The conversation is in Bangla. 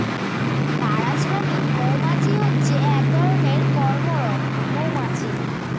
পাড়া শ্রমিক মৌমাছি হচ্ছে এক ধরণের কর্মরত মৌমাছি